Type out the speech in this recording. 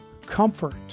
comfort